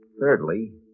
Thirdly